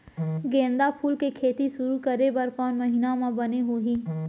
गेंदा फूल के खेती शुरू करे बर कौन महीना मा बने होही?